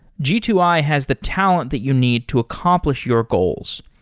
g two i has the talent that you need to accomplish your goals.